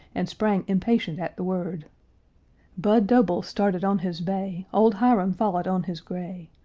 and sprang impatient at the word budd doble started on his bay, old hiram followed on his gray,